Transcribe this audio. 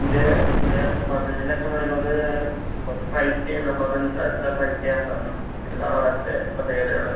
ഇതേ എന്ന പതിനഞ്ച് ലക്ഷം പറയുമ്പോൾ അത് കുറച്ച് പ്രൈസ്ലി ആണ് അപ്പൊൾ അതെന്താ അത്ര പ്രൈസിലി ആയി വരണം എന്താണവിടത്രെ എവിടെയാ ഉള്ളെ